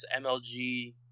MLG